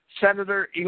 Senator